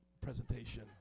presentation